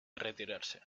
retirarse